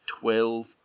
twelve